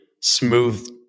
smooth